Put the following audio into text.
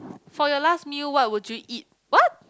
for your last meal what would you eat what